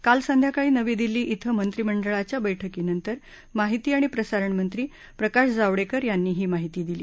काल संध्याकाळी नवी दिल्ली ध्वे मंत्रीमंडळाच्या बैठकीनंतर माहिती आणि प्रसारणमंत्री प्रकाश जावडेकर यांनी ही माहिती दिली